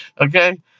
okay